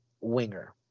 winger